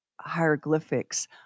hieroglyphics